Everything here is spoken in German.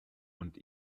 und